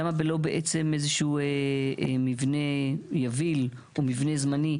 למה לא איזשהו מבנה יביל או מבנה זמני?